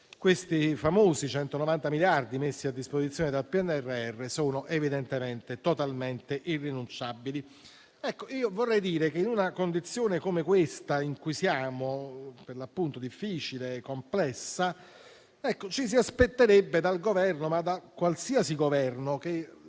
i famosi 190 miliardi messi a disposizione dal PNRR sono totalmente irrinunciabili. Vorrei dire che in una condizione come quella in cui siamo, difficile e complessa, ci si aspetterebbe dal Governo - da qualsiasi Governo - che